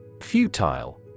Futile